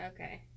Okay